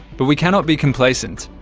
but we cannot be complacent.